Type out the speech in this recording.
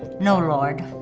no, lord,